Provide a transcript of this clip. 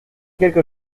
quelque